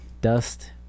dust